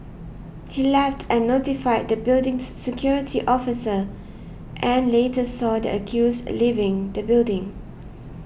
he left and notified the building's security officer and later saw the accused leaving the building